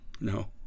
no